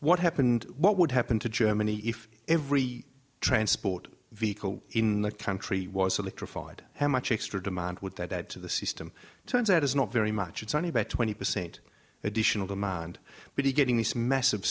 what happened what would happen to germany if every transport vehicle in the country was electrified how much extra demand would that to the system turns out is not very much it's only about twenty percent additional demand but he getting these massive